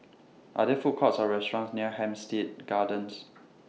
Are There Food Courts Or restaurants near Hampstead Gardens